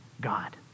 God